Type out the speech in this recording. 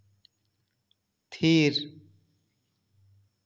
ᱛᱷᱤᱨ